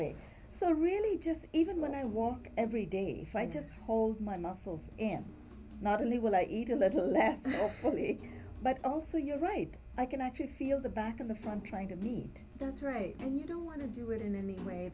way so really just even when i walk every day if i just hold my muscles in not only will i eat a little less but also you're right i can actually feel the back of the front trying to meet that's right and you don't want to do it in any way